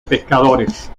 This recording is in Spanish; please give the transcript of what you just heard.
pescadores